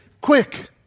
quick